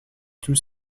tous